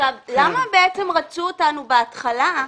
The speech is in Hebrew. למה בעצם רצו אותנו בהתחלה?